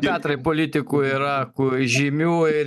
petrai politikų yra kur žymių ir